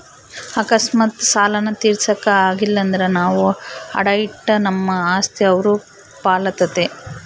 ಅಕಸ್ಮಾತ್ ಸಾಲಾನ ತೀರ್ಸಾಕ ಆಗಲಿಲ್ದ್ರ ನಾವು ಅಡಾ ಇಟ್ಟ ನಮ್ ಆಸ್ತಿ ಅವ್ರ್ ಪಾಲಾತತೆ